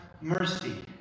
mercy